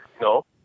no